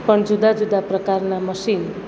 પણ જુદા જુદા પ્રકારના મશીન